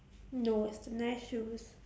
no it's the nice shoes